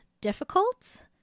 difficult